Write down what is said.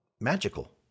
magical